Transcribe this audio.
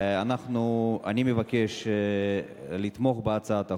אני מבקש לתמוך בהצעת החוק.